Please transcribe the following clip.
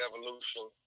Evolution